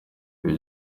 ibi